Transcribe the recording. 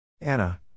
Anna